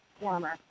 warmer